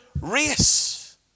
race